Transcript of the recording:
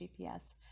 GPS